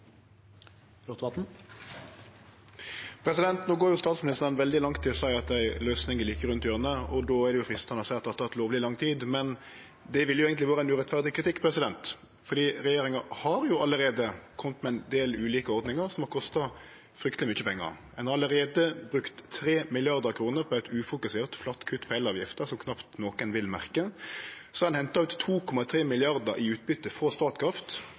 No går jo statsministeren veldig langt i å seie at ei løysing er like rundt hjørnet. Då er det freistande å seie at det har teke lovleg lang tid, men det ville eigentleg vore ein urettferdig kritikk, for regjeringa har allereie kome med ein del ulike ordningar som har kosta frykteleg mykje pengar. Ein har allereie brukt 3 mrd. kr på eit ufokusert, flatt kutt på elavgifta, som knapt nokon vil merke. Så har ein henta ut 2,3 mrd. kr i utbyte frå Statkraft